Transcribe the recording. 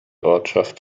ortschaft